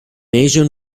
asian